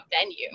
venue